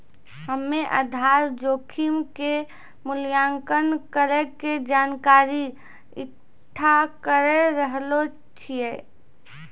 हम्मेआधार जोखिम के मूल्यांकन करै के जानकारी इकट्ठा करी रहलो छिऐ